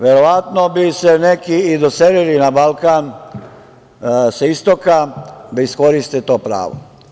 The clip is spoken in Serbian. Verovatno bi se neki i doselili na Balkan sa istoka da iskoriste to pravo.